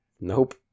Nope